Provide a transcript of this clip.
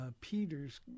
Peter's